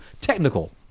technical